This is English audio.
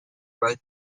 wrote